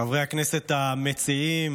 חברי הכנסת המציעים,